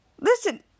listen